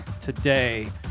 today